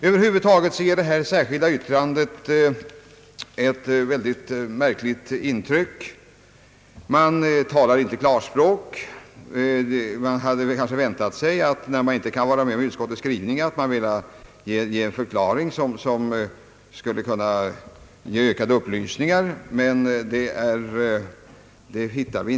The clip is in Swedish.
Över huvud taget ger detta särskilda yttrande ett mycket märkligt intryck. Man talar inte klarspråk. Jag hade kanske väntat mig att man, när man inte har velat vara med om utskottets skrivning, givit en förklaring som medfört ökade upplysningar. Men någon sådan förklaring återfinns inte i yttrandet.